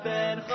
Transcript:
Ben